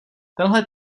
tenhle